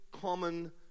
common